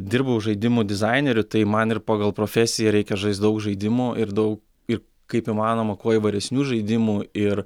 dirbau žaidimų dizaineriu tai man ir pagal profesiją reikia žaist daug žaidimų ir daug ir kaip įmanoma kuo įvairesnių žaidimų ir